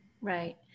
Right